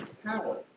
power